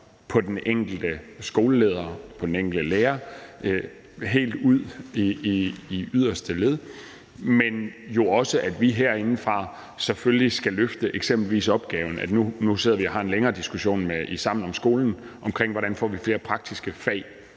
på den enkelte skoleleder, på den enkelte lærer, helt ud i yderste led, men det handler jo også om, at vi herindefra selvfølgelig skal løfte eksempelvis opgaven. Nu sidder vi og har en længere diskussion i forbindelse med »Sammen om skolen« om, hvordan får vi flere praktiske fag